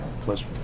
Pleasure